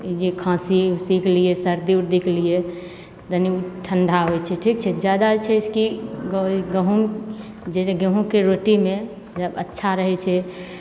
जे खाँसी उसी कयलिये सर्दी उर्दी कयलिये तनी उ ठण्डा होइ छै ठीक छै जादा ओइसँ की गहुम जैसे गेहूँके रोटीमे जब अच्छा रहय छै